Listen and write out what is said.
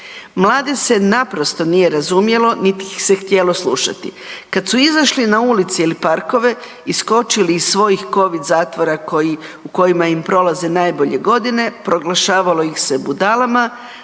Mlade se naprosto nije razumjelo niti ih se htjelo slušati, kada su izašli na ulice ili parkove iskočili iz svojih covid zatvora u kojima im prolaze najbolje godine, proglašavalo ih se budalama,